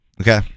okay